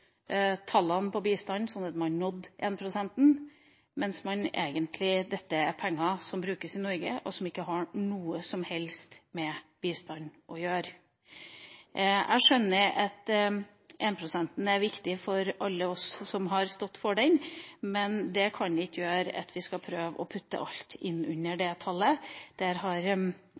tallene på bistand på, sånn at man nådde 1 pst.-målet, mens dette egentlig er penger som brukes i Norge, og som ikke har noe som helst med bistand å gjøre. Jeg skjønner at 1 pst-målet er viktig for alle oss som har stått for det, men det kan ikke bety at vi skal putte alt inn i det tallet. Dette har